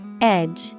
Edge